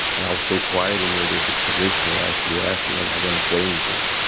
and i was so quiet in there that the commissioner actually asked me am i gonna say anything?